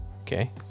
Okay